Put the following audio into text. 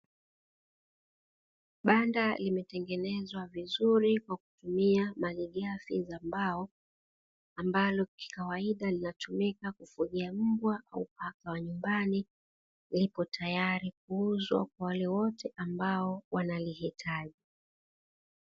Banda limetengenezwa vizuri, kwa kutumia malighafi za mbao, ambalo kikawaida linatumika kufugia mbwa au paka wa nyumbani, lipo tayari kuuzwa kwa wale wote ambao wanalihitaji.